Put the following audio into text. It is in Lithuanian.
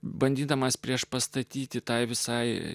bandydamas priešpastatyti tai visai